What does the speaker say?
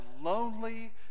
lonely